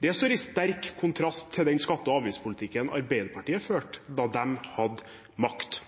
Det står i sterk kontrast til den skatte- og avgiftspolitikken Arbeiderpartiet førte da de hadde makt.